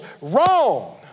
Wrong